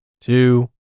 two